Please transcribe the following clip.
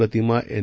Pratima N